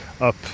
up